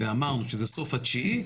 ואמרנו שזה סוף התשיעי,